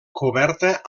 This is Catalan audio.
coberta